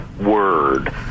word